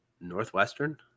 Northwestern